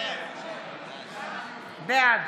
בעד